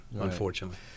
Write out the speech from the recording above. unfortunately